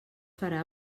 farà